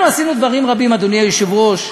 אנחנו עשינו דברים רבים, אדוני היושב-ראש,